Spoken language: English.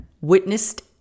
witnessed